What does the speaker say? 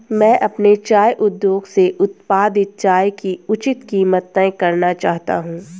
मैं अपने चाय उद्योग से उत्पादित चाय की उचित कीमत तय करना चाहता हूं